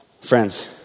friends